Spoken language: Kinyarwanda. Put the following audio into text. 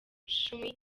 cumi